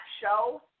show